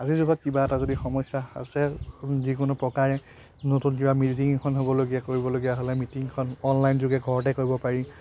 আজিৰ যুগত যদি কিবা সমস্যা আছে যিকোনো প্ৰকাৰে নতুন কিবা মিটিং এখন হ'বলগীয়া কৰিবলগীয়া হ'লে মিটিংখন অনলাইনযোগে ঘৰতে কৰিব পাৰি